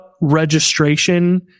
registration